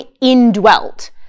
indwelt